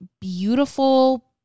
beautiful